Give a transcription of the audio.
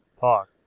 talk